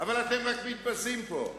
אבל אתם רק מתבזים פה.